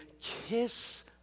kiss